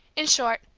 in short,